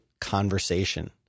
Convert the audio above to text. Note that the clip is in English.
conversation